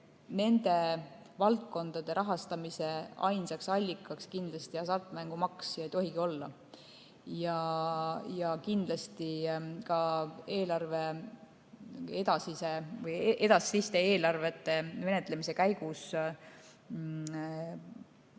nende valdkondade rahastamise ainsaks allikaks ei ole kindlasti hasartmängumaks ja ei tohigi olla. Kindlasti ka edasiste eelarvete menetlemise käigus